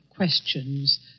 questions